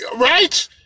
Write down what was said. Right